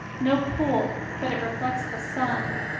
no pool but it reflects the sun,